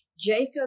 Jacob